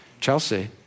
Chelsea